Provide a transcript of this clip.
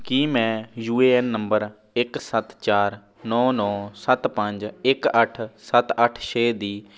ਕੀ ਮੈਂ U A N number ਇੱਕ ਸੱਤ ਚਾਰ ਨੌ ਨੌ ਸੱਤ ਪੰਜ ਇੱਕ ਅੱਠ ਸੱਤ ਅੱਠ ਛੇ ਦੀ